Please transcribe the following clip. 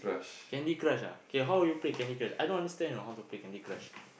Candy-Crush ah K how are you play Candy-Crush I don't understand you know how to play Candy-Crush